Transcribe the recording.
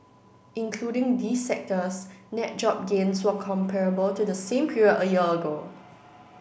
including these sectors net job gains were comparable to the same period a year ago